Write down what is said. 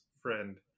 friend